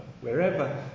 wherever